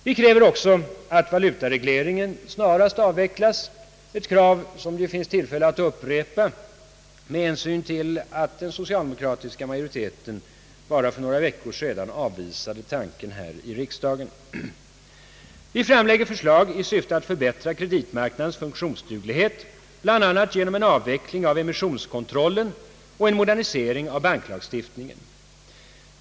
Vi kräver också att valutaregleringen snarast skall avvecklas, ett krav som det finns tillfälle att upprepa med hänsyn till att den socialdemokratiska majoriteten bara för några veckor sedan avvisade tanken här i riksdagen. Vi framlägger förslag i syfte att förbättra kreditmarknadens funktionsduglighet, bl.a. genom en avveckling av emissionskontrollen och en modernisering av banklagstiftningen.